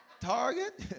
Target